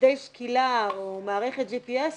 מוקדי שקילה, או מערכת G.P.S.,